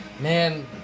Man